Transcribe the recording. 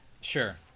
sure